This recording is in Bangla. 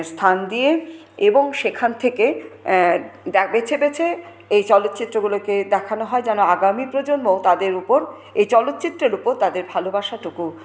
স্থান দিয়ে এবং সেখান থেকে বেছে বেছে এই চলচ্চিত্রগুলোকে দেখানো হয় যেন আগামী প্রজন্ম তাদের ওপর এই চলচ্চিত্রের ওপর তাদের ভালোবাসাটুকু